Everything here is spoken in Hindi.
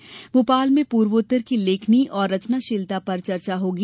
समारोह में पूर्वोत्तर की लेखनी और रचनाशीलता पर चर्चा होगी